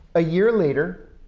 a year later,